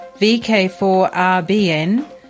VK4RBN